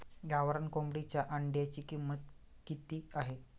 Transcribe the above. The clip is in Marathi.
गावरान कोंबडीच्या अंड्याची किंमत किती आहे?